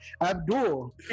Abdul